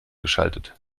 geschaltet